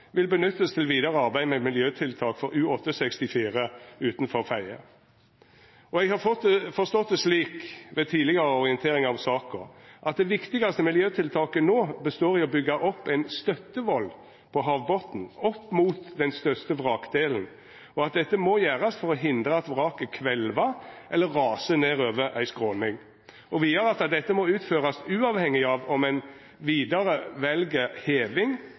vil benyttes til videre arbeider med miljøtiltak for U-864 utenfor Fedje.» Eg har forstått det slik, ved tidlegare orienteringar om saka, at det viktigaste miljøtiltaket no består i å byggja opp ein støttevoll på havbotnen, opp mot den største vrakdelen, at dette må gjerast for å hindra at vraket kvelvar eller rasar nedover ei skråning, og vidare at dette må utførast uavhengig av om ein vidare vel heving